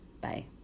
Bye